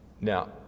Now